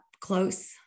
close